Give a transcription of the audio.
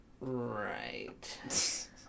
Right